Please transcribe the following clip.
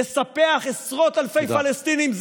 לספח עשרות אלפי פלסטינים,